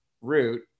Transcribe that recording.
root